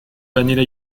vanilla